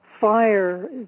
fire